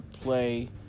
play